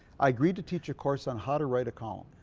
i agreed to teach a course on how to write a column.